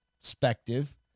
perspective